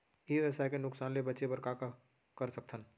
ई व्यवसाय के नुक़सान ले बचे बर का कर सकथन?